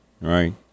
right